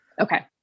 Okay